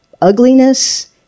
ugliness